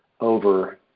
over